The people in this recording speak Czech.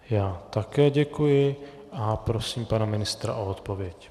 Já také děkuji a prosím pana ministra o odpověď.